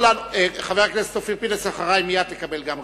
חבר הכנסת אופיר פינס, מייד אחרי תקבל רשות.